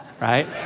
right